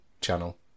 channel